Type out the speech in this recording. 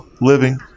living